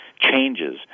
changes